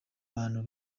abantu